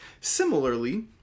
Similarly